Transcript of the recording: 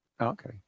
Okay